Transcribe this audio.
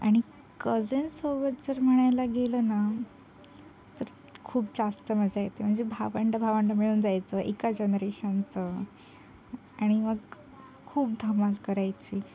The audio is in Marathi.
आणि कझिनसोबत जर म्हणायला गेलं ना तर खूप जास्त मजा येते म्हणजे भावंडं भावंडं मिळून जायचं एका जनरेशनचं आणि मग खूप धमाल करायची